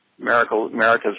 America's